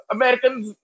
Americans